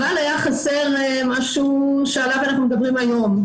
אבל היה חסר משהו שעליו אנחנו מדברים היום: